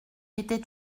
était